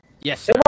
yes